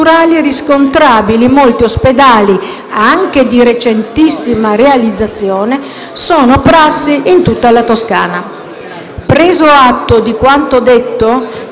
riscontrabili in molti ospedali, anche di recentissima realizzazione, sono prassi in tutta la Toscana. Preso atto di quanto detto,